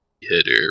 hitter